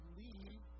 leave